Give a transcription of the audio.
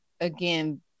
again